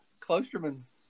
Klosterman's